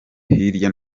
hirya